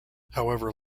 however